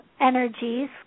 energies